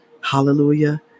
Hallelujah